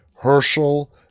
Herschel